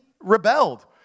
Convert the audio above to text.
rebelled